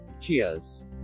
Cheers